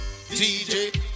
DJ